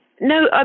No